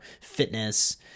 fitness